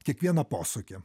kiekvieną posūkį